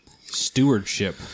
Stewardship